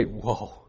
Whoa